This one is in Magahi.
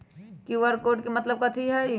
कियु.आर कोड के मतलब कथी होई?